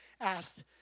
asked